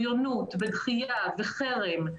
כמו בריונות, דחייה, חרם,